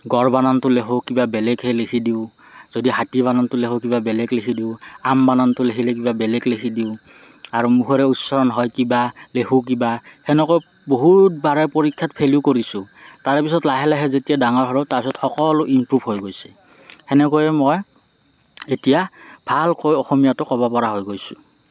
গড় বানাবটো লিখোঁ কিবা বেলেগহে লিখি দিওঁ যদি হাতী বানানটো লিখোঁ কিবা বেলেগ লিখি দিওঁ আম বানানটো কিবা বেলেগ লিখি দিওঁ আৰু মুখেৰে উচ্চাৰণ হয় কিবা লেখোঁ কিবা সেনেকৈ বহুত বাৰে পৰীক্ষাত ফেলো কৰিছোঁ তাৰে পিছত লাহে লাহে যেতিয়া ডাঙৰ হ'লোঁ তাৰ পিছত সকলো ইমপ্ৰুভ হৈ গৈছে সেনেকৈয়ে মই এতিয়া ভালকৈ অসমীয়াটো ক'ব পৰা হৈ গৈছোঁ